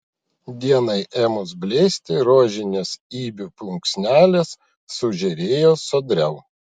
dienai ėmus blėsti rožinės ibių plunksnelės sužėrėjo sodriau